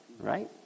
right